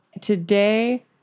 Today